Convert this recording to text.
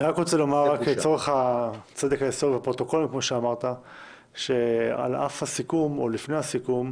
אני רוצה לומר לצורך הצדק ההיסטורי שעל אף הסיכום או לפני הסיכום,